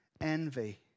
envy